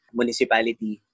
municipality